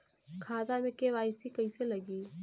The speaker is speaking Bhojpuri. खाता में के.वाइ.सी कइसे लगी?